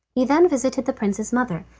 he then visited the prince's mother,